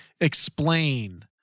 explain